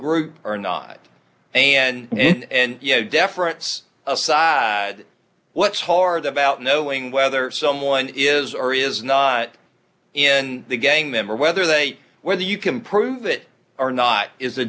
group or not and you know deference aside what's hard about knowing whether someone is or is not in the gang member whether they whether you can prove it or not is a